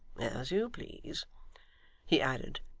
as you please he added,